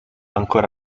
ancora